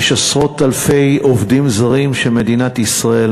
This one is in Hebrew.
יש עשרות אלפי עובדים זרים שמדינת ישראל